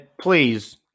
please